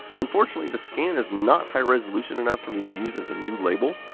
unfortunately, the scan is not high resolution enough for me to use as a new label.